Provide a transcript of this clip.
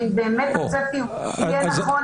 ואם באמת הצפי הוא יהיה נכון,